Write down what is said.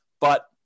but-